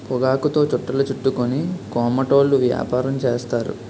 పొగాకుతో చుట్టలు చుట్టుకొని కోమటోళ్ళు యాపారం చేస్తారు